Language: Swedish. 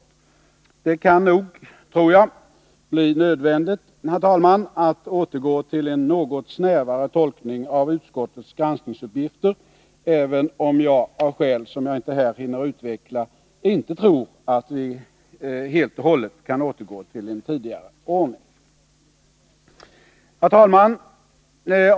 Jag tror, herr talman, att det kan bli nödvändigt att återgå till en något snävare tolkning av utskottets granskningsuppgifter, även om jag av skäl som jaginte här har tid att utveckla inte tror att vi helt och hållet kan återgå till den tidigare ordningen. Herr talman!